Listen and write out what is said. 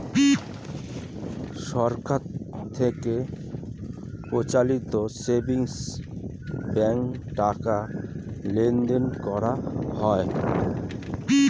সরকার থেকে পরিচালিত সেভিংস ব্যাঙ্কে টাকা লেনদেন করা হয়